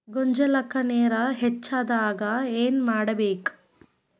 ಗೊಂಜಾಳಕ್ಕ ನೇರ ಹೆಚ್ಚಾದಾಗ ಏನ್ ಮಾಡಬೇಕ್?